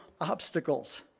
obstacles